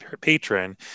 patron